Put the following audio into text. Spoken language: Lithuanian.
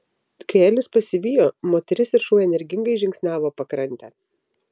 kai elis pasivijo moteris ir šuo energingai žingsniavo pakrante